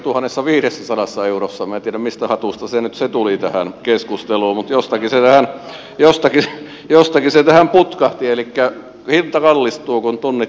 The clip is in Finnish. minä en tiedä mistä hatusta se nyt tuli tähän keskusteluun mutta jostakin se tähän putkahti elikkä hinta kallistuu kun tunnit vähenevät